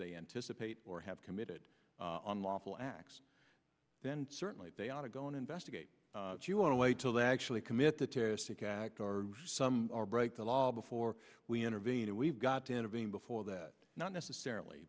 they anticipate or have committed on lawful acts then certainly they ought to go and investigate do you want to wait till they actually commit the terroristic act or some or break the law before we intervene and we've got to intervene before that not necessarily